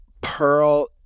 pearl